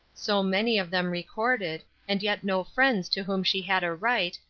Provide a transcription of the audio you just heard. so many of them recorded, and yet no friends to whom she had a right,